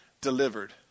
delivered